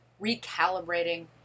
recalibrating